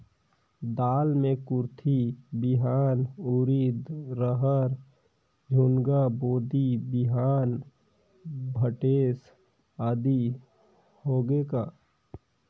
दाल मे कुरथी बिहान, उरीद, रहर, झुनगा, बोदी बिहान भटेस आदि होगे का?